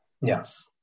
yes